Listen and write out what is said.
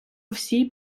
всій